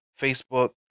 Facebook